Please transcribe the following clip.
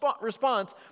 response